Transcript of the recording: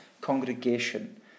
congregation